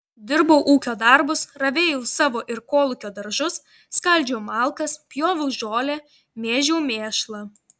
dirbau ūkio darbus ravėjau savo ir kolūkio daržus skaldžiau malkas pjoviau žolę mėžiau mėšlą